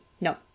No